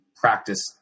practice